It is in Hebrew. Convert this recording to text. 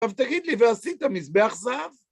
טוב תגיד לי, ועשית מזבח זהב?